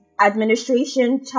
administration